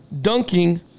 dunking